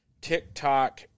TikTok